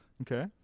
Okay